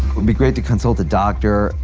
be great to consult a doctor,